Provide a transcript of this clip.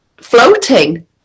floating